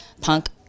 punk